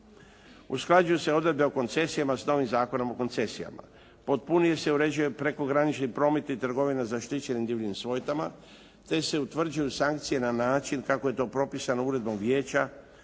Usklađuju se odredbe o koncesijama s novim Zakonom o koncesijama. Potpunije se uređuje prekogranični promet i trgovina zaštićenim divljim svojtama, te se utvrđuju sankcije na način kako je to propisano Uredbom Vijeća